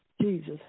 Jesus